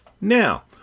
Now